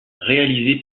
réalisée